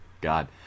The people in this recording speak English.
God